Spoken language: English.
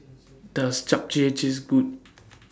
Does Japchae Taste Good